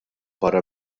barra